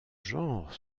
genre